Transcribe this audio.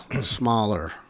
smaller